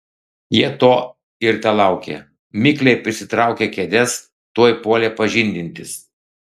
jie to ir telaukė mikliai prisitraukę kėdes tuoj puolė pažindintis